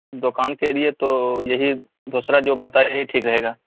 دکان کے لیے تو یہی دوسرا جو بتایا یہی ٹھیک رہے گا